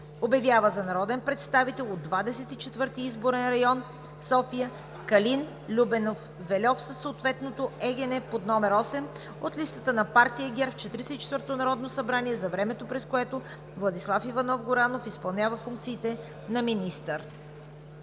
Обявява за народен представител от Двадесет и четвърти изборен район – София, Калин Любенов Вельов, със съответното ЕГН под № 8 от листата на партия ГЕРБ в 44-тото Народно събрание за времето, през което Владислав Иванов Горанов изпълнява функциите на министър.“